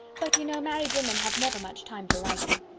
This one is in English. but you know married women have never much time for writing.